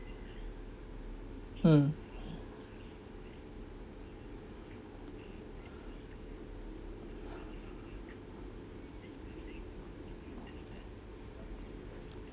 mm